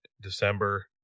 December